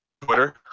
Twitter